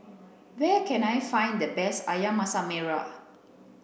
where can I find the best ayam masak merah